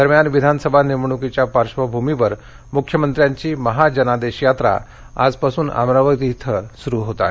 दरम्यान विधान सभा निवडणुकीच्या पार्श्वभूमीवर मुख्यमंत्र्यांची महा जनादेश यात्रा आजपासून अमरावती इथून सुरू होत आहे